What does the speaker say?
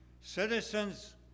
Citizens